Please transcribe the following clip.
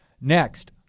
Next